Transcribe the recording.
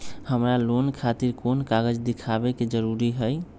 हमरा लोन खतिर कोन कागज दिखावे के जरूरी हई?